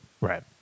right